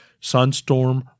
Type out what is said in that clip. Sunstorm